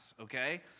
Okay